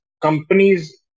companies